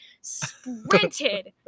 sprinted